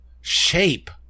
shape